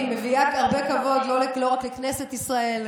היא מביאה הרבה כבוד לא רק לכנסת ישראל,